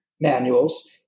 manuals